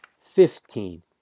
fifteen